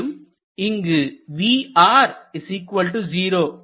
மேலும் இங்கு vr0